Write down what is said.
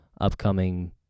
upcoming